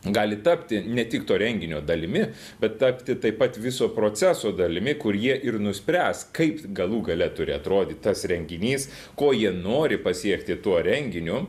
gali tapti ne tik to renginio dalimi bet tapti taip pat viso proceso dalimi kur jie ir nuspręs kaip galų gale turi atrodyt tas renginys ko jie nori pasiekti tuo renginiu